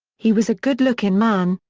he was a goodlookin' man,